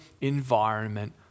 environment